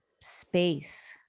space